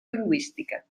lingüística